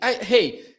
Hey